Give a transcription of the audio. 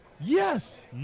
Yes